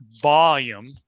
volume